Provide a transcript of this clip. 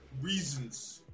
reasons